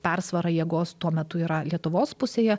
persvara jėgos tuo metu yra lietuvos pusėje